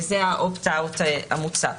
זה ה-Opt-out המוצע.